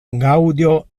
gaudio